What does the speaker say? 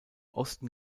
osten